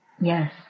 Yes